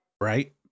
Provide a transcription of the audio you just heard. Right